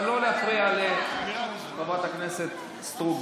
אבל לא להפריע לחברת הכנסת סטרוק.